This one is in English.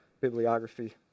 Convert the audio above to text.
bibliography